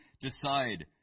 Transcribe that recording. decide